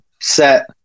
set